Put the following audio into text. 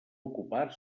ocupar